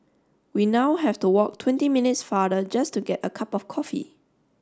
we now have to walk twenty minutes farther just to get a cup of coffee